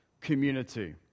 community